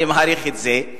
אני מעריך את זה,